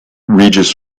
regis